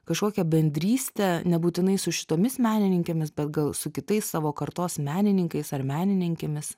kažkokią bendrystę nebūtinai su šitomis menininkėmis bet gal su kitais savo kartos menininkais ar menininkėmis